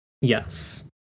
Yes